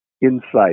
insight